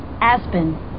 Aspen